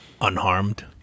Unharmed